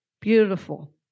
Beautiful